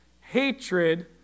Hatred